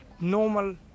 normal